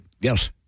Yes